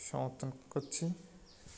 সমর্থন করছি